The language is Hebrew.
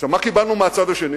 עכשיו, מה קיבלנו מהצד השני?